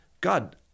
God